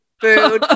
food